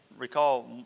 recall